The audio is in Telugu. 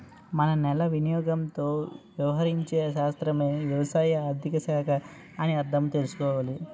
మన నేల వినియోగంతో వ్యవహరించే శాస్త్రమే వ్యవసాయ ఆర్థిక శాఖ అని అర్థం చేసుకోవాలి